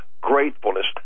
gratefulness